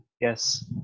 Yes